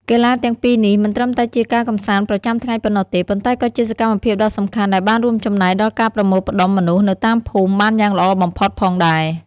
កីឡាទាំងពីរនេះមិនត្រឹមតែជាការកម្សាន្តប្រចាំថ្ងៃប៉ុណ្ណោះទេ ប៉ុន្តែក៏ជាសកម្មភាពដ៏សំខាន់ដែលបានរួមចំណែកដល់ការប្រមូលផ្តុំមនុស្សនៅតាមភូមិបានយ៉ាងល្អបំផុតផងដែរ។